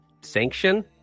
Sanction